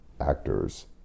actors